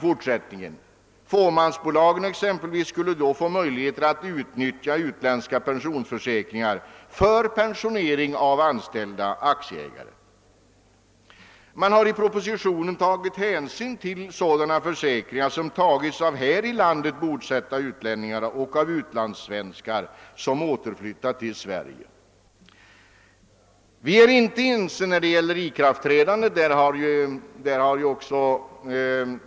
Fåmansbolagen skulle exempelvis då få möjligheter att utnyttja utländska pensionsförsäkringar för pensionering av anställda aktieägare. Man har i propositionen tagit hänsyn till sådana försäkringar, som tagits av här i landet bosatta utlänningar och av utlandssvenskar som återinflyttat till Sverige. Vi är heller inte ense när det gäller ikraftträdandet.